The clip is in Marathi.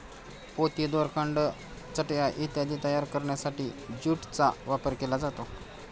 पोती, दोरखंड, चटया इत्यादी तयार करण्यासाठी ज्यूटचा वापर केला जातो